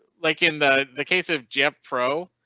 like in the the case of jet pro.